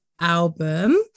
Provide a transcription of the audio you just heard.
album